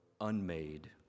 unmade